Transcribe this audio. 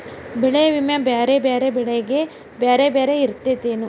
ಬೆಳೆ ವಿಮಾ ಬ್ಯಾರೆ ಬ್ಯಾರೆ ಬೆಳೆಗೆ ಬ್ಯಾರೆ ಬ್ಯಾರೆ ಇರ್ತೇತೆನು?